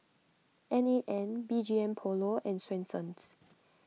any N B G M Polo and Swensens